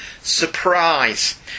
surprise